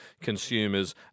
consumers